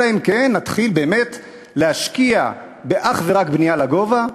אלא אם כן נתחיל באמת להשקיע אך ורק בבנייה לגובה,